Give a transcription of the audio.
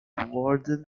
warden